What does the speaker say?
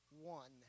one